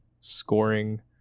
scoring